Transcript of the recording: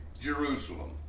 Jerusalem